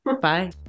Bye